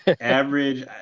average